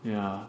yeah